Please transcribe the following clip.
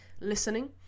listening